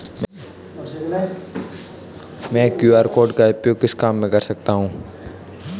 मैं QR code का उपयोग किस काम में कर सकता हूं?